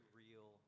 real